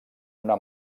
una